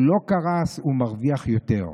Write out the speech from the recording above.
הוא לא קרס, הוא מרוויח יותר.